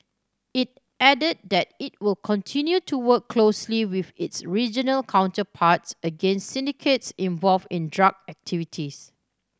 it added that it will continue to work closely with its regional counterparts against syndicates involved in drug activities